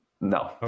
no